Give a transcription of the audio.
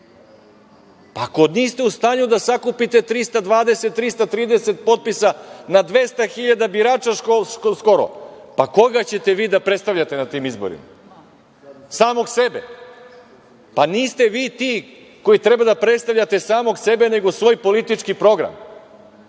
Ako niste u stanju da sakupite 320, 330 potpisa na 200.000 birača skoro, pa, koga ćete vi da predstavljate na tim izborima? Samog sebe? Pa, niste vi ti koji treba da predstavljate samog sebe nego svoj politički program. Zato